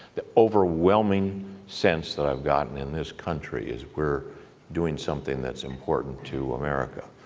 the overwhelming sense that i have gotten in this country is we're doing something that's important to america.